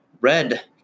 Red